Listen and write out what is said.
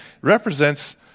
represents